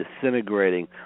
disintegrating